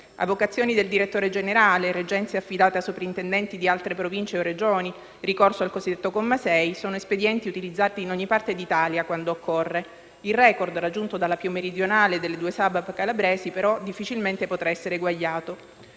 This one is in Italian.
Avocazioni del direttore generale, reggenze affidate a soprintendenti di altre Province o Regioni, ricorso al cosiddetto comma 6 sono espedienti utilizzati in ogni parte d'Italia, quando occorre; il record raggiunto dalla più meridionale delle due SABAP calabresi, però, difficilmente potrà essere eguagliato.